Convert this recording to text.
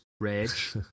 rage